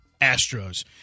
Astros